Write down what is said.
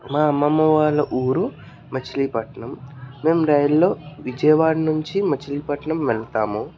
మా అమ్మమ్మ వాళ్ళ ఊరు మచిలీపట్నం మేము రైల్లో విజయవాడ నుంచి మచిలీపట్నం వెళ్తాము